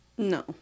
No